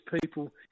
people